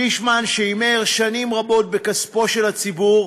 פישמן, שהימר שנים רבות בכספו של הציבור,